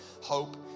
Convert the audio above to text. hope